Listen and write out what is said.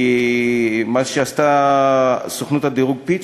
כי מה שעשתה סוכנות הדירוג "פיץ'",